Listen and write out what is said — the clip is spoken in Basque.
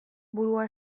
burua